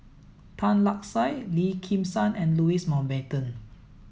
Tan Lark Sye Lim Kim San and Louis Mountbatten